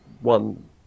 one